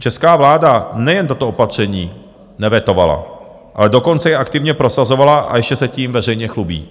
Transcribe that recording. Česká vláda nejenže toto opatření nevetovala, ale dokonce je i aktivně prosazovala, a ještě se tím veřejně chlubí.